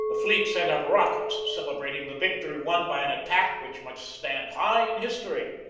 the fleet sent up rockets celebrating the victory won by an attack which must stand high in history,